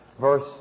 verse